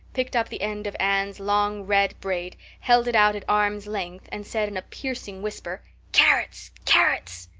picked up the end of anne's long red braid, held it out at arm's length and said in a piercing whisper carrots! carrots!